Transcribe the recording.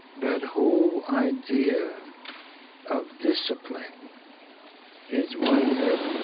that whole idea of discipline is one that,